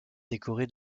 décoré